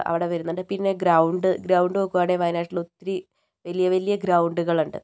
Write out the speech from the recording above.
അവിടെ വരുന്നുണ്ട് പിന്നെ ഗ്രൗണ്ട് ഗ്രൗണ്ട് നോക്കുവാണേൽ വയനാട്ടിൽ ഒത്തിരി വലിയ വലിയ ഗ്രൗണ്ടുകൾ ഉണ്ട്